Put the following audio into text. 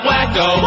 Wacko